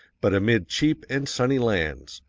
but amid cheap and sunny lands,